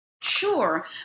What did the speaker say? Sure